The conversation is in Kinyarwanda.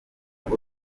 ngo